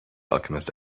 alchemist